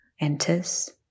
enters